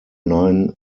nine